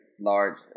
large